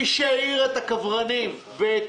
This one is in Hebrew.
מי שהעיר את הדבוראים, את